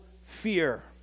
fear